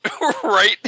Right